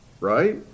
Right